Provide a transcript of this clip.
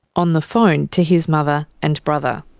on the phone to his mother and brother.